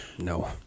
No